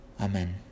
Amen